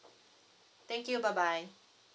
thank you bye bye